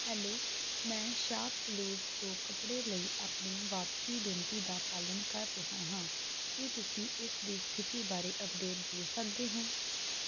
hello ਮੈਂ ShopClues ਤੋਂ ਕੱਪੜੇ ਲਈ ਆਪਣੀ ਵਾਪਸੀ ਬੇਨਤੀ ਦਾ ਪਾਲਣ ਕਰ ਰਿਹਾ ਹਾਂ ਕੀ ਤੁਸੀਂ ਇਸ ਦੀ ਸਥਿਤੀ ਬਾਰੇ ਅੱਪਡੇਟ ਦੇ ਸਕਦੇ ਹੋ